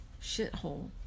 shithole